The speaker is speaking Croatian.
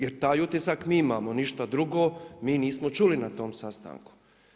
Jer taj utisak mi imamo, ništa drugo mi nismo čuli na tom sastanku.